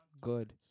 Good